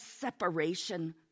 separation